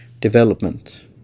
development